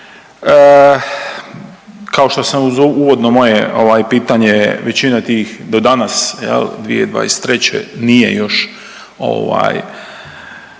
Kao što sam uz uvodno moje ovaj pitanje, većina tih, do danas, je li, 2023. nije još